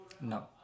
No